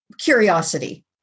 curiosity